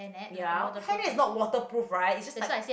ya hair net is not waterproof right is just like